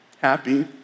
happy